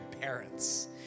parents